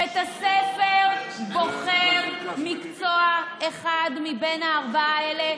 בית הספר בוחר מקצוע אחד מבין הארבעה האלה.